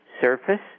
surface